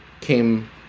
came